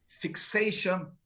fixation